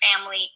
family